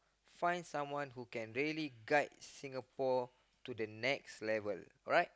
find someone who can really guide Singapore to the next level alright